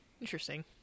Interesting